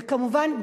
וכמובן,